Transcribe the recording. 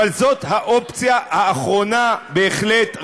אבל זאת האופציה האחרונה בהחלט,